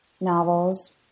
novels